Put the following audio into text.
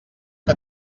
que